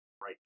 right